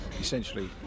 essentially